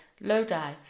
Lodi